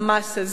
המס הזה,